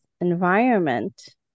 Environment